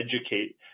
educate